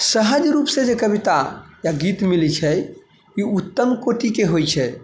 सहज रूपसँ जे कविता या गीत मिलै छै ई उत्तम कोटिके होइ छै